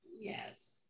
Yes